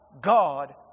God